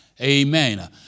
Amen